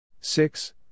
Six